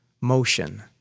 motion